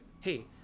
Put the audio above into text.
hey